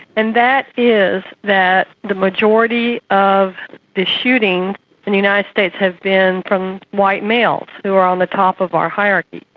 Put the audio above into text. and that is that the majority of the shooting in the united states has been from white males who are on the top of our hierarchy,